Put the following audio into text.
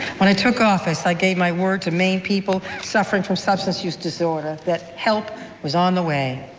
when i took office i gave my word to maine people suffering from substance use disorder, that help was on the way.